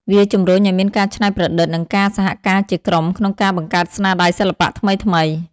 វាជំរុញឱ្យមានការច្នៃប្រឌិត និងការសហការជាក្រុមក្នុងការបង្កើតស្នាដៃសិល្បៈថ្មីៗ។